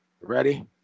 Ready